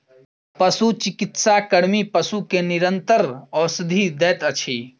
पशुचिकित्सा कर्मी पशु के निरंतर औषधि दैत अछि